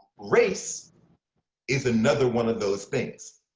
race is another one of those things.